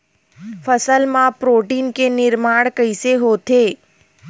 फसल मा प्रोटीन के निर्माण कइसे होथे?